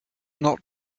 not